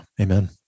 Amen